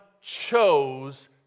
chose